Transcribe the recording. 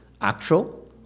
actual